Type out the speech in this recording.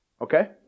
okay